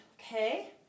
okay